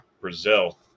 brazil